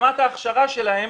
רמת ההכשרה שלהם